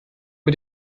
mit